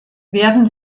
werden